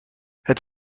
het